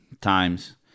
times